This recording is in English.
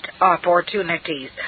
opportunities